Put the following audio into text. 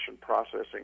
processing